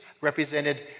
represented